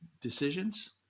decisions